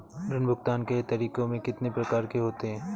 ऋण भुगतान के तरीके कितनी प्रकार के होते हैं?